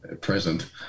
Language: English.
present